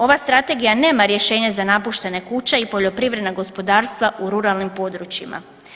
Ova strategija nema rješenje za napuštene kuće i poljoprivredna gospodarstva u ruralnim područjima.